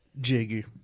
Jiggy